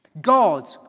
God